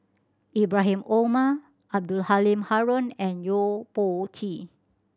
Ibrahim Omar Abdul Halim Haron and Yo Po Tee